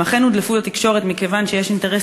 הם אכן הודלפו לתקשורת מכיוון שיש אינטרס